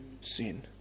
sin